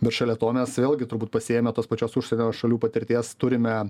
bet šalia to mes vėlgi turbūt pasiėmę tos pačios užsienio šalių patirties turime